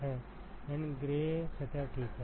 N grey सतह ठीक है